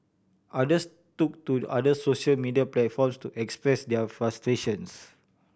others took to others social media platforms to express their frustrations